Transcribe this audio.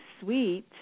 sweet